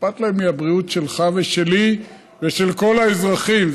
אכפת להם מהבריאות שלך ושלי ושל כל האזרחים.